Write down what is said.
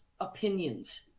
opinions